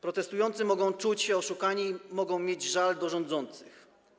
Protestujący mogą czuć się oszukani, mogą mieć żal do rządzących.